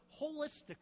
holistically